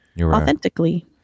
authentically